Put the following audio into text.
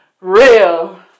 real